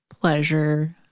pleasure